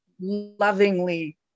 lovingly